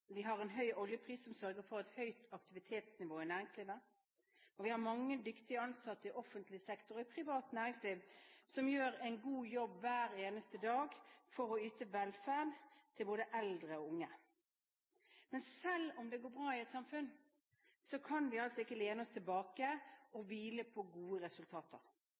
vi har en høy oljepris som sørger for et høyt aktivitetsnivå i næringslivet, og vi har mange dyktige ansatte i offentlig sektor og i privat næringsliv som gjør en god jobb hver eneste dag for å yte velferd til både eldre og unge. Men selv om det går bra i et samfunn, kan vi ikke lene oss tilbake og hvile på gode resultater.